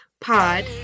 Pod